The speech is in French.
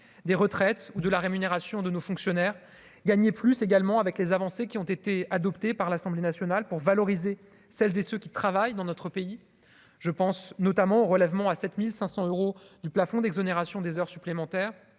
des retraites ou de la rémunération de nos fonctionnaires gagner plus également, avec les avancées qui ont été adoptés par l'Assemblée nationale pour valoriser celles et ceux qui travaillent dans notre pays, je pense notamment au relèvement à 7500 euros du plafond d'exonération des heures supplémentaires